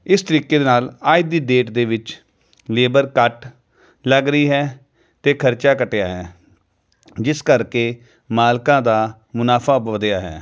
ਇਸ ਤਰੀਕੇ ਦੇ ਨਾਲ ਅੱਜ ਦੀ ਡੇਟ ਦੇ ਵਿੱਚ ਲੇਬਰ ਘੱਟ ਲੱਗ ਰਹੀ ਹੈ ਅਤੇ ਖਰਚਾ ਘਟਿਆ ਹੈ ਜਿਸ ਕਰਕੇ ਮਾਲਕਾਂ ਦਾ ਮੁਨਾਫਾ ਵਧਿਆ ਹੈ